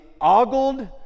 ogled